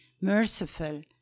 merciful